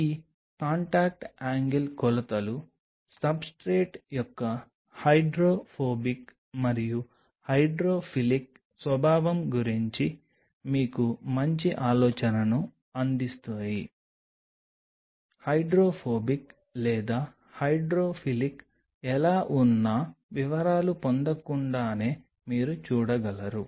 ఈ contact angle కొలతలు substrate యొక్క హైడ్రోఫోబిక్ మరియు హైడ్రోఫిలిక్ స్వభావం గురించి మీకు మంచి ఆలోచనను అందిస్తాయి హైడ్రోఫోబిక్ లేదా హైడ్రోఫిలిక్ ఎలా ఉన్నా వివరాలు పొందకుండానే మీరు చూడగలరు